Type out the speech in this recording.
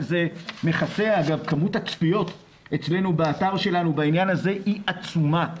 כמות הצפיות באתר שלנו היא עצומה.